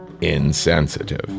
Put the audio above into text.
insensitive